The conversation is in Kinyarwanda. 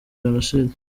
jenoside